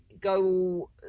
go